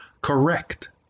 Correct